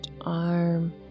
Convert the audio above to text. arm